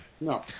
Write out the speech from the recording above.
No